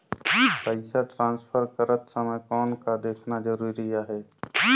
पइसा ट्रांसफर करत समय कौन का देखना ज़रूरी आहे?